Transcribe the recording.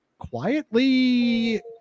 Quietly